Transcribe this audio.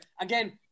Again